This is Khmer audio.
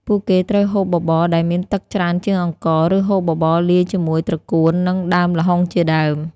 ពួកគេត្រូវហូបបបរដែលមានទឹកច្រើនជាងអង្ករ ឬហូបបបរលាយជាមួយត្រកួន និង ដើមល្ហុងជាដើម។